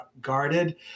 guarded